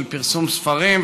של פרסום ספרים,